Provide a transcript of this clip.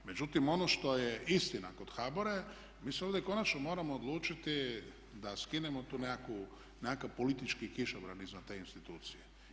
Međutim, ono što je istina kod HBOR-a je mi se ovdje konačno moramo odlučiti da skinemo taj nekakav politički kišobran iznad te institucije.